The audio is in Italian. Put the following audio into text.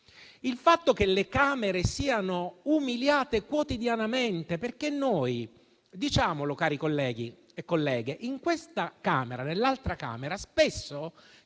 il fatto che le Camere siano umiliate quotidianamente - noi, cari colleghi e colleghe, in questa Camera e nell'altra Camera spesso,